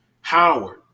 Howard